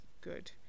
good